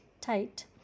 tight